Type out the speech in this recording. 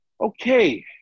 Okay